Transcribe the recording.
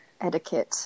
etiquette